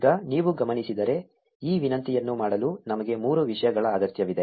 ಈಗ ನೀವು ಗಮನಿಸಿದರೆ ಈ ವಿನಂತಿಯನ್ನು ಮಾಡಲು ನಮಗೆ ಮೂರು ವಿಷಯಗಳ ಅಗತ್ಯವಿದೆ